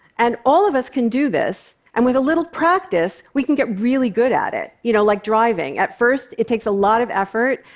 and all of us can do this and with a little practice, we can get really good at it, you know like driving. at first, it takes a lot of effort,